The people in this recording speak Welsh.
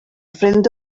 ffrind